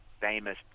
famous